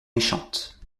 méchante